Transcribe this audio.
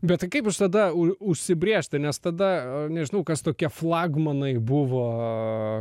bet kaip jus tada užsibrėžti nes tada nežinau kas tokie flagmanai buvo